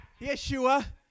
Yeshua